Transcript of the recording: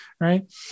right